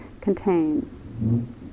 contain